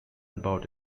about